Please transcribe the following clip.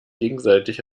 gegenseitig